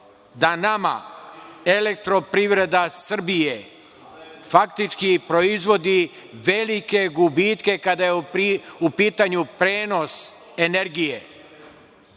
da nama „Elektroprivreda Srbije“ faktički proizvodi velike gubitke kada je u pitanju prenos energije,